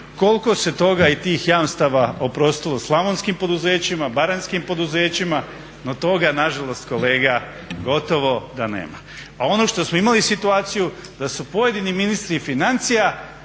koliko se toga i tih jamstva oprostilo slavonskim i baranjskim poduzećima, no toga nažalost kolega gotovo da nema. A ono što smo imali situaciju da su pojedini ministri financija